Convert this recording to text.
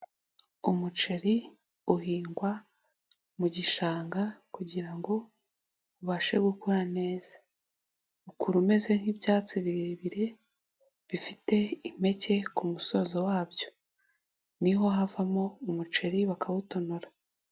Umuceri uhingwa mu gishanga, kugira ngo ubashe gukura neza. Ukura umeze nk'ibyatsi birebire, bifite impeke ku musozo wabyo. Niho havamo umuceri bakawutonora.